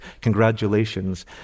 congratulations